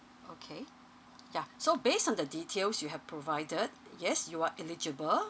okay yeah so based on the details you have provided yes you are eligible